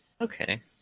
Okay